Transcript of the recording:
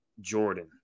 Jordan